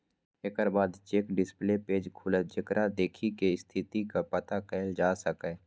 एकर बाद check display page खुलत, जेकरा देखि कें स्थितिक पता कैल जा सकैए